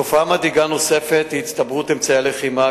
תופעה מדאיגה נוספת היא הצטברות אמצעי הלחימה.